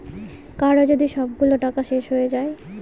কারো যদি সবগুলো টাকা শেষ হয়ে যায়